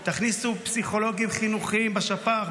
תכניסו פסיכולוגים חינוכיים בשפ"ח,